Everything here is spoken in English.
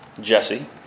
Jesse